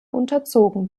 unterzogen